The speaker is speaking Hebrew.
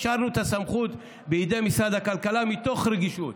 השארנו את הסמכות בידי משרד הכלכלה מתוך רגישות.